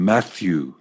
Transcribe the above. Matthew